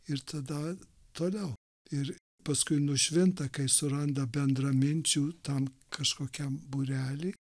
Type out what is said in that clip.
ir tada toliau ir paskui nušvinta kai suranda bendraminčių tam kažkokiam būrely